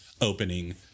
opening